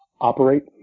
operate